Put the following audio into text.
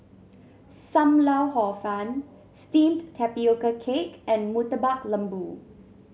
Sam Lau Hor Fun steamed Tapioca Cake and Murtabak Lembu